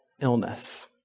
illness